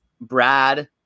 Brad